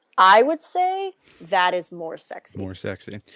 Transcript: i would say that is more sexy more sexy,